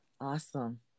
Awesome